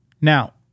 Now